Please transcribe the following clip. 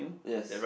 yes